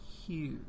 Huge